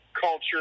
culture